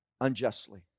unjustly